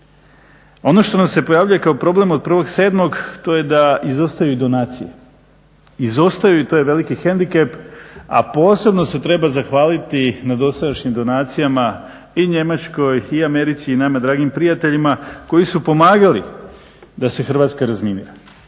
Ono što nam se pojavljuje kao problem od 1.7. to je da izostaju donacije, izostaju i to je veliki hendikep, a posebno se treba zahvaliti na dosadašnjim donacijama i Njemačkoj i Americi i nama dragim prijateljima koji su pomagali da se Hrvatska razminira.